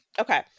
Okay